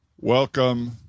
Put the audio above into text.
welcome